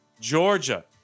Georgia